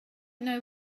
know